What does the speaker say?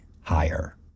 higher